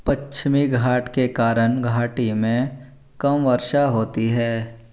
पश्चिमी घाट के कारण घाटी में कम वर्षा होती है